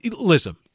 listen